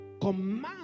Command